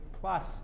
plus